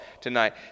tonight